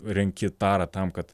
renki tarą tam kad